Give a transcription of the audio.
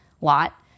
lot